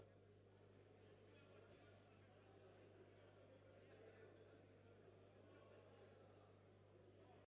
Дякую.